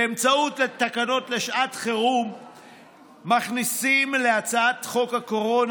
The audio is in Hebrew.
באמצעות התקנות לשעת חירום מכניסים להצעת חוק הקורונה,